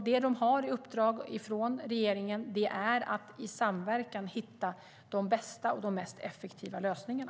Det de har i uppdrag från regeringen är att i samverkan hitta de bästa och de mest effektiva lösningarna.